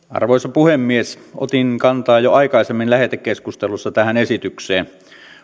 arvoisa puhemies otin kantaa jo aikaisemmin lähetekeskustelussa tähän esitykseen